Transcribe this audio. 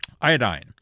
iodine